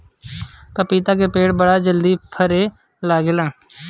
पपीता के पेड़ बड़ा जल्दी फरे लागेला